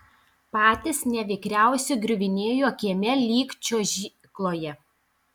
patys nevikriausi griuvinėjo kieme lyg čiuožykloje